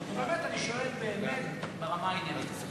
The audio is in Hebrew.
אני שואל ברמה העניינית.